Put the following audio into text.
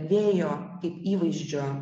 vėjo kaip įvaizdžio